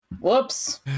whoops